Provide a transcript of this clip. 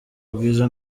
bwiza